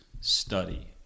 study